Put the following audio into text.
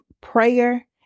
prayer